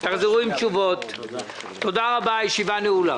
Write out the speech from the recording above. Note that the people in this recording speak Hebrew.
הישיבה נעולה.